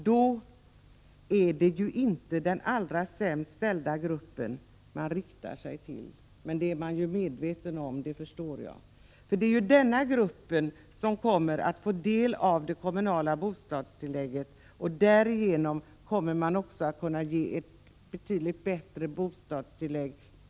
Man riktar sig då inte till den allra sämst ställda gruppen, och det är man medveten om — det förstår jag. Denna grupp kommer ju att få del av det kommunala bostadstillägget. De som har en ATP strax över ett halvt basbelopp kommer att kunna få betydligt bättre bostadstillägg.